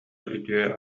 үтүө